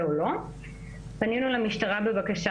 בבקשה